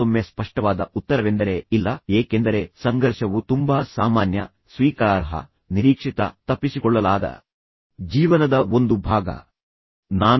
ಮತ್ತೊಮ್ಮೆ ಸ್ಪಷ್ಟವಾದ ಉತ್ತರವೆಂದರೆ ಇಲ್ಲ ಏಕೆಂದರೆ ಸಂಘರ್ಷವು ತುಂಬಾ ಸಾಮಾನ್ಯ ಸ್ವೀಕಾರಾರ್ಹ ನಿರೀಕ್ಷಿತ ತಪ್ಪಿಸಿಕೊಳ್ಳಲಾಗದ ಜೀವನದ ಒಂದು ಭಾಗ ಎಂಬ ಸಂಗತಿಯಾಗಿದೆ